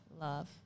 Love